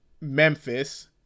Memphis